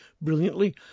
brilliantly